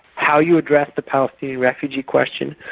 how you address the palestinian refugee question,